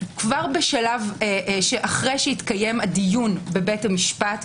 כבר בשלב שאחרי שהתקיים הדיון בבית המשפט,